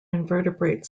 invertebrate